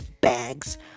bags